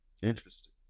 Interesting